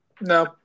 No